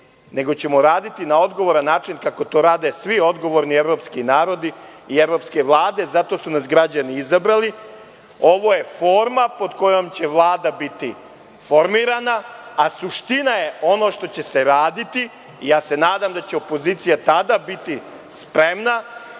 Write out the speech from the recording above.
nego ćemo raditi na odgovoran način kako to rade svi odgovorni evropski narodi i evropske vlade. Zato su nas građani izabrali. Ovo je forma pod kojom će Vlada biti formirana, a suština je ono što će se raditi i ja se nadam da će opozicija tada biti spremna